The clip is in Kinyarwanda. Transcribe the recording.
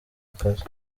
akazi